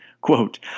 Quote